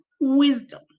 wisdom